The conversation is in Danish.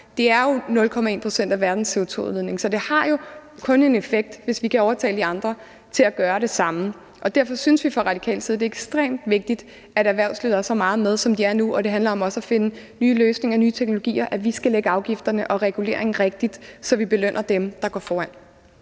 sig jo om 0,1 pct. af verdens CO2-udledning, så det har kun en effekt, hvis vi kan overtale de andre til at gøre det samme. Derfor synes vi fra radikal side, at det er ekstremt vigtigt, at erhvervslivet er så meget med, som de er nu, og det handler også om at finde nye løsninger og nye teknologier, og at vi skal lægge afgifterne og reguleringen rigtigt, så vi belønner dem, der går foran.